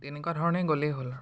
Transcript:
তেনেকুৱা ধৰণে গ'লেই হ'ল আৰু